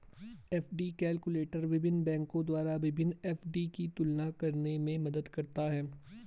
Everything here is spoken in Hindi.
एफ.डी कैलकुलटर विभिन्न बैंकों द्वारा विभिन्न एफ.डी की तुलना करने में मदद करता है